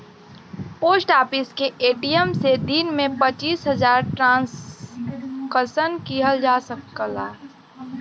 post office के ATM से दिन में पचीस हजार ट्रांसक्शन किहल जा सकला